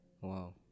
Wow